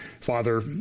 Father